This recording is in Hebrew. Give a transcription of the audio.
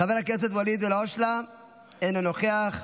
חבר הכנסת ואליד אלהואשלה, אינו נוכח,